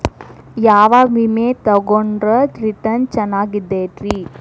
ಯಾವ ವಿಮೆ ತೊಗೊಂಡ್ರ ರಿಟರ್ನ್ ಚೆನ್ನಾಗಿದೆರಿ?